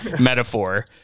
metaphor